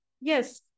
yes